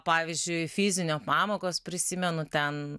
pavyzdžiui fizinio pamokas prisimenu ten